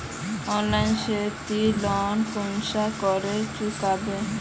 Online से ती loan कुंसम करे चुकाबो?